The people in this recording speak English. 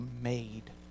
made